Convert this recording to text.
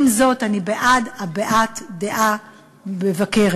עם זאת, אני בעד הבעת דעה מבקרת.